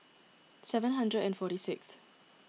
seven hundred and forty sixth